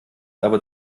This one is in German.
aber